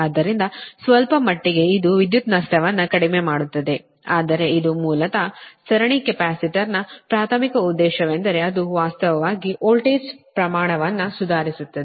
ಆದ್ದರಿಂದ ಸ್ವಲ್ಪ ಮಟ್ಟಿಗೆ ಇದು ವಿದ್ಯುತ್ ನಷ್ಟವನ್ನು ಕಡಿಮೆ ಮಾಡುತ್ತದೆ ಆದರೆ ಇದು ಮೂಲತಃ ಸರಣಿ ಕೆಪಾಸಿಟರ್ನ ಪ್ರಾಥಮಿಕ ಉದ್ದೇಶವೆಂದರೆ ಅದು ವಾಸ್ತವವಾಗಿ ವೋಲ್ಟೇಜ್ ಪ್ರಮಾಣವನ್ನು ಸುಧಾರಿಸುತ್ತದೆ